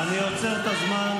אני עוצר את הזמן.